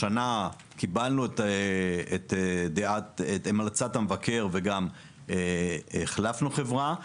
השנה קיבלנו את המלצת המבקר וגם החלפנו חברה,